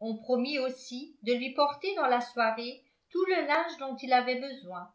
on promit aussi de lui porter dans la soirée tout le linge dont il avait besoin